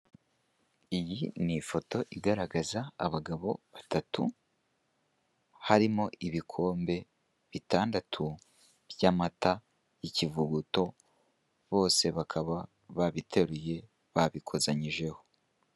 Iyi ni ifoto igaragaza abagabo batatu, harimo ibikombe bitandatu by'amata y'ikivuguto, bose bakaba babiteruye, babikozanyijeho.